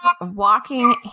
walking